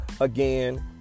again